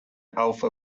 alpha